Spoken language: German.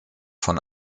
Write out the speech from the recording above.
von